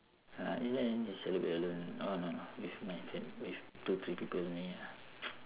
ya every year I just celebrate alone orh no no with my fam~ with two three people only ah